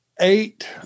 eight